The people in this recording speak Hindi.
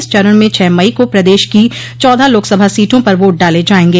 इस चरण में छह मई को प्रदेश की चौदह लोकसभा सीटों पर वोट डाले जायेंगे